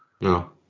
No